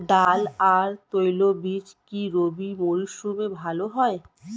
ডাল আর তৈলবীজ কি রবি মরশুমে ভালো হয়?